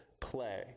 play